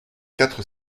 quatre